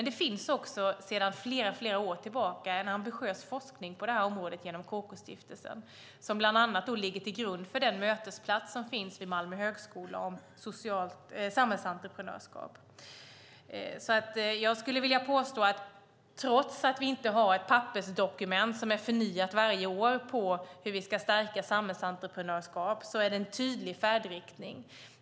Det finns också sedan flera år tillbaka ambitiös forskning på detta område genom KK-stiftelsen som bland annat ligger till grund för den mötesplats som finns vid Malmö högskola för samhällsentreprenörskap. Jag skulle vilja påstå att trots att vi inte har ett pappersdokument som förnyas varje år när det gäller hur vi ska stärka samhällsentreprenörskap är det en tydlig färdriktning.